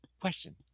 question